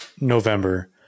November